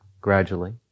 gradually